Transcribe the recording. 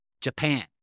Japan